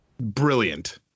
brilliant